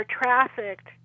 trafficked